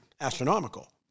Astronomical